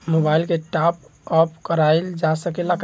Mobile के top आप कराइल जा सकेला का?